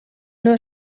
nur